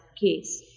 case